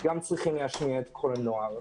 צריכים להשמיע גם את קול הנוער.